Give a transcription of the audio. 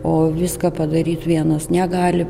o viską padaryt vienas negali